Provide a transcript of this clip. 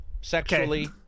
Sexually